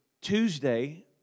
Tuesday